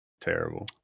Terrible